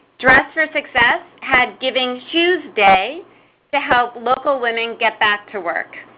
dress for success had giving shoes day to help local women get back to work.